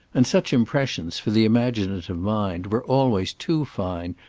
and such impressions, for the imaginative mind, were always too fine,